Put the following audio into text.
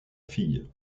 fille